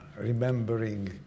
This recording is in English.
remembering